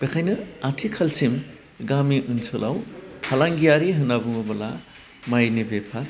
बेखायनो आथिखालसिम गामि ओनसोलाव फालांगियारि होन्ना बुङोबोला मायनि बेफार